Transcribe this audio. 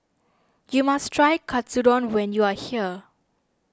you must try Katsudon when you are here